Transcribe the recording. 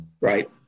Right